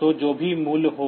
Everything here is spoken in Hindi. तो जो भी मूल्य हो